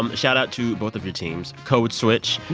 um shout out to both of your teams, code switch.